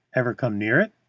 ever come near it?